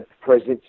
presence